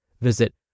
Visit